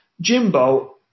Jimbo